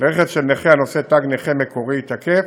לרכב של נכה הנושא תג נכה מקורי תקף,